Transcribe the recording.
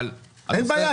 אבל --- אין בעיה,